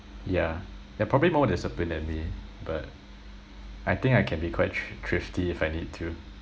yeah you're probably more disciplined than me but I think I can be quite thr~ thrifty if I need to